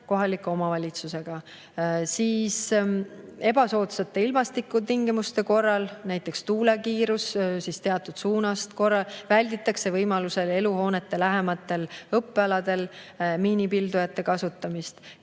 kohaliku omavalitsusega. Ebasoodsate ilmastikutingimuste korral, näiteks tuule kiirus teatud suunast, välditakse võimalusel eluhoonete lähedal õppealadel miinipildujate kasutamist.